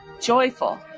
Joyful